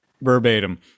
Verbatim